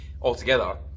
altogether